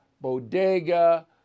bodega